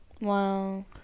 Wow